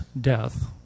death